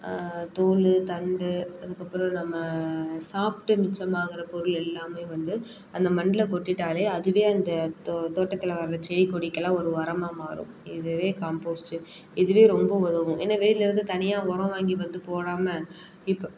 தோல் தண்டு அதுக்கப்புறம் நம்ம சாப்பிட்டு மிச்சமாகிற பொருள் எல்லாமே வந்து அந்த மண்ல கொட்டிட்டாலே அதுவே அந்த தோ தோட்டத்தில் வர்ற செடி கொடிக்கெலாம் ஒரு உரமா மாறும் இதுவே காம்போஸ்ட் இதுவே ரொம்ப உதவும் ஏன்னா வெளியிலருந்து தனியா உரோம் வாங்கி வந்து போடாமல் இப்போ